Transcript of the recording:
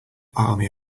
army